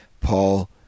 Paul